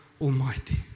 Almighty